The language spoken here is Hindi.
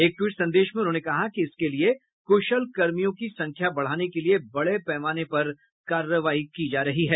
एक टवीट संदेश में उन्होंने कहा कि इसके लिए कुशल कर्मियों की संख्या बढ़ाने के लिए बड़े पैमाने पर कार्रवाई चल रही है